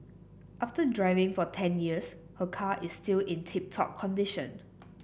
after driving for ten years her car is still in tip top condition